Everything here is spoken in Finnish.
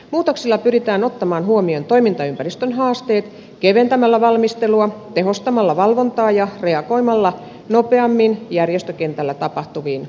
muutoksilla pyritään ottamaan huomioon toimintaympäristön haasteet keventämällä valmistelua tehostamalla valvontaa ja reagoimalla nopeammin järjestökentällä tapahtuviin avustustarpeisiin